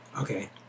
Okay